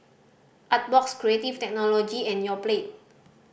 Artbox Creative Technology and Yoplait